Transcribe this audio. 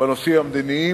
בנושאים המדיניים,